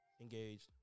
engaged